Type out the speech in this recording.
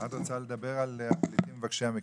את רוצה לדבר על הפליטים מבקשי המקלט?